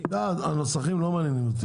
הנוסחים לא מעניינים אותי.